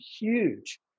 huge